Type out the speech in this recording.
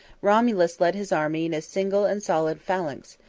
romulus led his army in a single and solid phalanx,